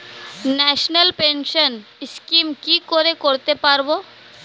National pension scheme কি করে করতে পারব?